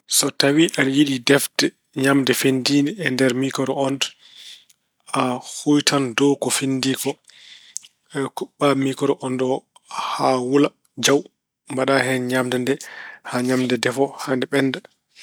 So tawi aɗa yiɗi defte ñaamde fenndiide e nder mikoro oond, a huytan dow ko fenndii ko. Kuɓɓa mikoro oond o haa wula jaw. Mbaɗa hen ñaamde haa ñaamde nde defo haa nde ɓennda.